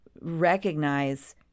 recognize